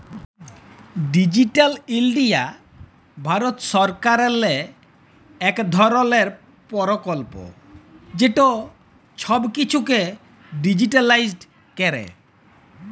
digital India ভারত সরকারেরলে ইক ধরলের পরকল্প যেট ছব কিছুকে ডিজিটালাইস্ড ক্যরে